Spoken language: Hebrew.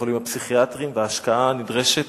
בתי-החולים הפסיכיאטריים, וההשקעה הנדרשת,